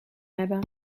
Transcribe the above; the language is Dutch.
hebben